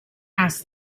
asked